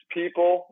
people